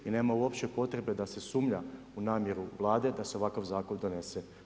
I nema uopće potreba da se sumnja u namjeru Vlade da se ovakav zakon donese.